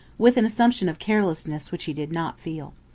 with an assumption of carelessness which he did not feel.